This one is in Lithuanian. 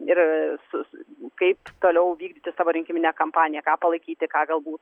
ir su s kaip toliau vykdyti savo rinkiminę kampaniją ką palaikyti ką galbūt